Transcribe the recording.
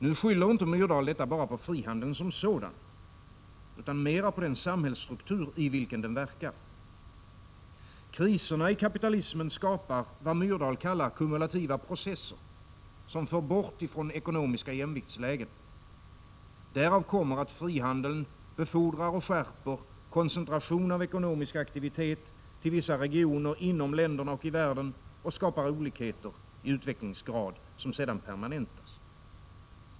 Nu skyller inte Myrdal detta bara på frihandeln som sådan utan mera på den samhällsstruktur i vilken den verkar. Kriserna i kapitalismen skapar vad Myrdal kallar kumulativa processer, som för bort från ekonomiska jämviktslägen. Därav kommer att frihandeln befordrar och skärper koncentration av ekonomisk aktivitet till vissa regioner inom länderna och i världen och skapar olikheter i utvecklingsgrad, som sedan permanentas.